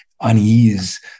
unease